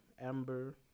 Amber